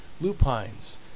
lupines